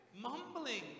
mumbling